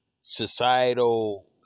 societal